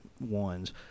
ones